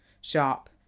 Sharp